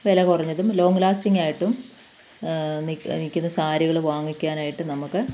വില കുറഞ്ഞതും ലോങ്ങ് ലാസ്റ്റിങ്ങായിട്ടും നിൽക്കുന്ന നിൽക്കുന്ന സാരികൾ വാങ്ങിക്കാനായിട്ട് നമുക്ക്